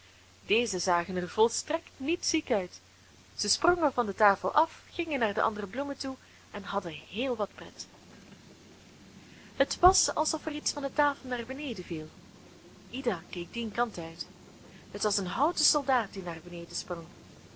deze zagen er volstrekt niet ziek uit zij sprongen van de tafel af gingen naar de andere bloemen toe en hadden heel wat pret het was alsof er iets van de tafel naar beneden viel ida keek dien kant uit het was een houten soldaat die naar beneden sprong